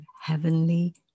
heavenly